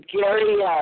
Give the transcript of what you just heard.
Gary